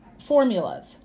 formulas